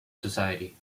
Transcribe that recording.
society